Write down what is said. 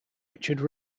richard